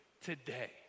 today